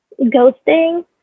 ghosting